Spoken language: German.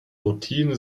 routine